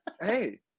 Hey